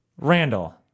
Randall